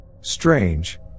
Strange